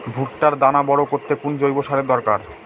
ভুট্টার দানা বড় করতে কোন জৈব সারের দরকার?